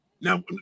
Now